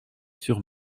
sur